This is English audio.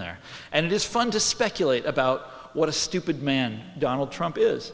there and it is fun to speculate about what a stupid man donald trump is